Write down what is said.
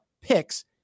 picks